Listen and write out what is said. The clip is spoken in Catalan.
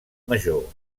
major